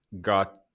got